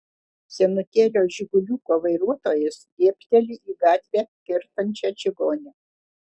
senutėlio žiguliuko vairuotojas dėbteli į gatvę kertančią čigonę